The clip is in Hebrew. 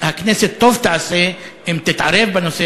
והכנסת טוב תעשה אם תתערב בנושא,